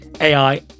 AI